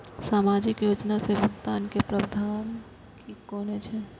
सामाजिक योजना से भुगतान के प्रावधान की कोना छै?